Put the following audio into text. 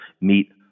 meet